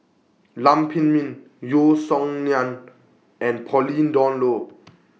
Lam Pin Min Yeo Song Nian and Pauline Dawn Loh